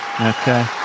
Okay